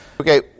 Okay